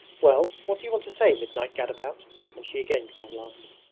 well, what do you want to say, midnight-gadabout and she again began laughing.